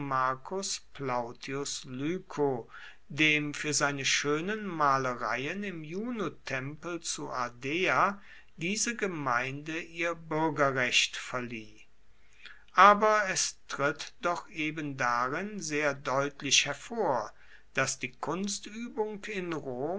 plautius lyco dem fuer seine schoenen malereien im junotempel zu ardea diese gemeinde ihr buergerrecht verlieh aber es tritt doch eben darin sehr deutlich hervor dass die kunstuebung in rom